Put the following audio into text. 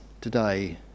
today